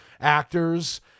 actors